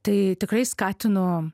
tai tikrai skatinu